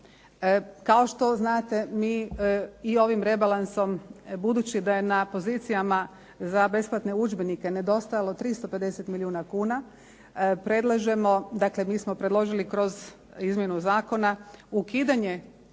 Kao što znate mi i ovim rebalansom, budući da je na pozicijama za besplatne udžbenike nedostajalo 350 milijuna kuna, predlažemo, dakle mi smo predložili kroz izmjenu zakona ukidanje